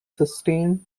sustained